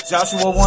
Joshua